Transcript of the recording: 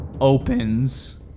opens